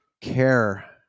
Care